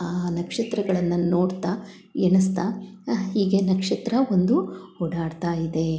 ಆ ನಕ್ಷತ್ರಗಳನ್ನು ನೋಡ್ತಾ ಎಣಿಸ್ತ ಹೀಗೆ ನಕ್ಷತ್ರ ಒಂದು ಓಡಾಡ್ತ ಇದೆ